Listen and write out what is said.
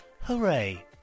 hooray